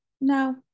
no